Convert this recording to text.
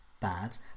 bad